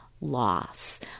loss